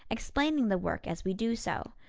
explaining the work as we do so.